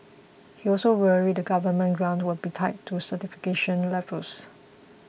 he also worried that government grants will be tied to certification levels